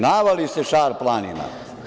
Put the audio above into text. Navali se Šar planina…